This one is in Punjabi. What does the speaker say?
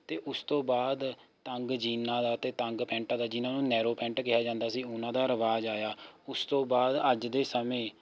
ਅਤੇ ਉਸਤੋਂ ਬਾਅਦ ਤੰਗ ਜੀਨਾਂ ਦਾ ਅਤੇ ਤੰਗ ਪੈਟਾਂ ਦਾ ਜਿੰਨਾ ਨੂੰ ਨੈਰੋਂ ਪੈਂਟ ਕਿਹਾ ਜਾਂਦਾ ਸੀ ਉਹਨਾਂ ਦਾ ਰਿਵਾਜ ਆਇਆ ਉਸਤੋਂ ਬਾਅਦ ਅੱਜ ਦੇ ਸਮੇਂ